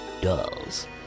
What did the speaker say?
dolls